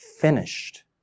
finished